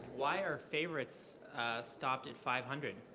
why are favorites stopped at five hundred?